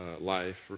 life